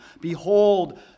Behold